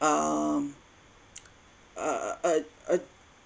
um uh a a